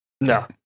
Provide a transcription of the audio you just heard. No